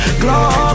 glow